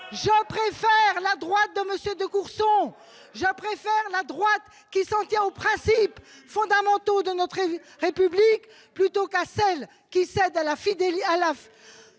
Je préfère la droite de M. de Courson, je préfère la droite qui s'en tient aux principes fondamentaux de notre République, à celle qui cède à la facilité